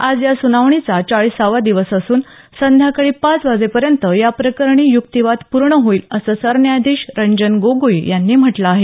आज या सुनावणीचा चाळीसावा दिवस असून संध्याकाळी पाच वाजेपर्यंत या प्रकरणी युक्तीवाद पूर्ण होईल असं सरन्यायाधीश रंजन गोगोई यांनी म्हटलं आहे